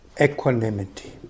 Equanimity